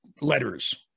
Letters